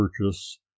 purchase